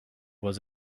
was